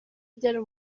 ryari